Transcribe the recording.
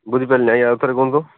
ବୁଝିପାରିଲିନି ଆଜ୍ଞା ଆଉଥରେ କୁହନ୍ତୁ